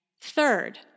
Third